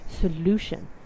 solution